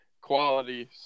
quality